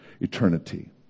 eternity